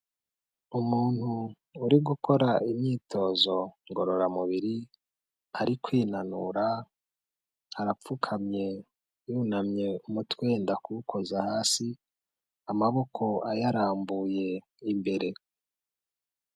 Umuntu uri gukora imyitozo ngororamubiri ari kwinanura arapfukamye yunamye umutwe wenda kuwukoza hasi amaboko ayarambuye imbere.